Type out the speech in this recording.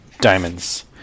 diamonds